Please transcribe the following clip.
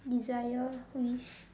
desire wish